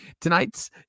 tonight's